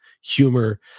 humor